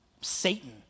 Satan